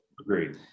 Agreed